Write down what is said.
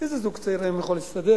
איזה זוג צעיר היום יכול להסתדר?